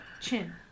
chin